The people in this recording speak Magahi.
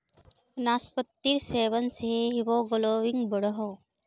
नास्पातिर सेवन से हीमोग्लोबिन बढ़ोह